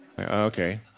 okay